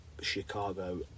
Chicago